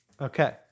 Okay